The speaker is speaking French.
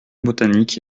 botanique